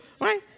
right